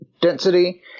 density